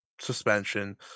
suspension